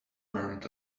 burned